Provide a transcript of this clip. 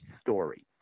story